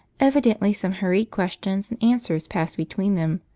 evidently some hurried questions and answers passed between them,